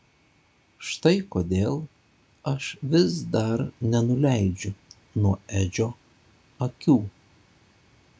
štai kodėl aš vis dar nenuleidžiu nuo edžio akių